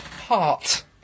heart